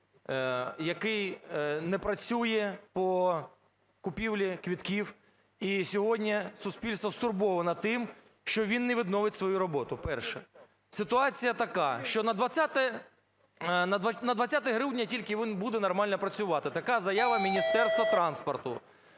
який не працює по купівлі квитків. І сьогодні суспільство стурбоване тим, що він не відновить свою роботу – перше. Ситуація така, що на 20 грудня тільки він буде нормально працювати – така заява Міністерства транспорту.